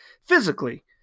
Physically